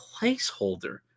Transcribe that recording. Placeholder